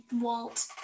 Walt